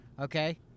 Okay